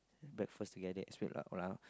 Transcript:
breakfast together